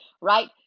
right